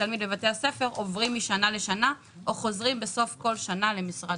לתלמיד בבתי הספר עוברים משנה לשנה או חוזרים בסוף כל שנה למשרד